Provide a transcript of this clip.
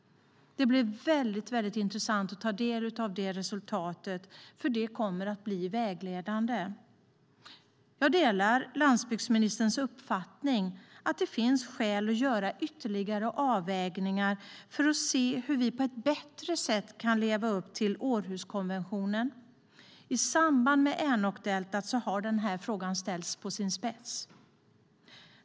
Det blir väldigt intressant att ta del av resultatet eftersom det kommer att bli vägledande. Jag delar landsbygdsministerns uppfattning att det finns skäl att göra ytterligare avvägningar för att se hur vi på ett bättre sätt kan leva upp till Århuskonventionen. I samband med fallet om Änokdeltat har denna fråga ställts på sin spets.